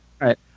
Right